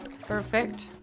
Perfect